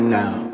now